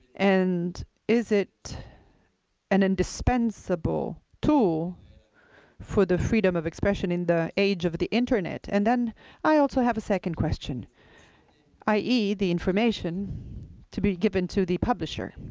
and is it an indispensable tool for the freedom of expression in the age of the internet? and i also have a second question i e. the information to be given to the publisher.